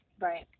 Right